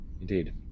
Indeed